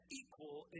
equal